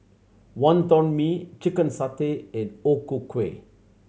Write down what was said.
Wonton Mee chicken satay and O Ku Kueh